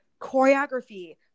choreography